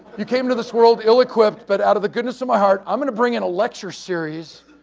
you came to this world ill-equipped, but out of the goodness of my heart, i'm going to bring in a lecture series,